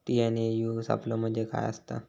TNAU सापलो म्हणजे काय असतां?